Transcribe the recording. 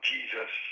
Jesus